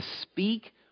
speak